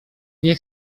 nie